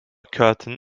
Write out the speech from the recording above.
curtain